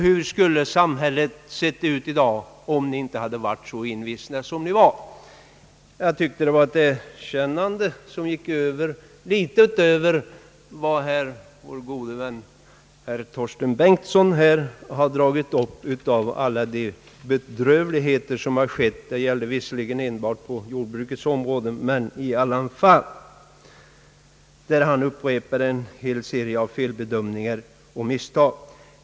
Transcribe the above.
Hur skulle samhället ha sett ut i dag om ni inte hade varit så envisa som ni var?» Jag tycker att den repliken innebär ett erkännande som går litet utöver vad vår gode vän herr Torsten Bengtson här ha dragit upp av alla de hedrövligheter som har skett, visserligen bara på jordbrukets område men i alla fall. Herr Bengtson återgav ju en hel serie av felbedömningar och misstag.